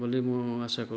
ବୋଲି ମୁଁ ଆଶା କରୁଛି